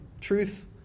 truth